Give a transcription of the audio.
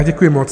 Děkuji moc.